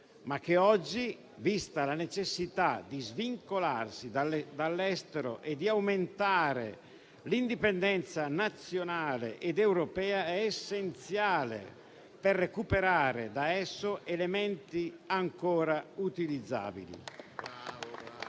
e che oggi, invece, vista la necessità di svincolarsi dall'estero e di aumentare l'indipendenza nazionale ed europea, è essenziale per recuperare da esso elementi ancora utilizzabili.